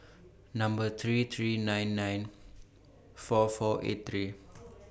Number three three nine nine four four eight three